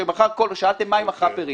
שאלתם מה עם החאפרים,